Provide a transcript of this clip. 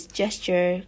gesture